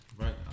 Right